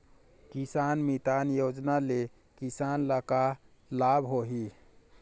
किसान मितान योजना ले किसान ल का लाभ होही?